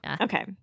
Okay